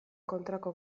kontrako